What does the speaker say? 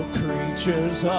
creatures